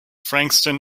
frankston